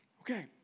Okay